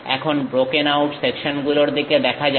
এখন broken out সেকশনগুলোর দিকে দেখা যাক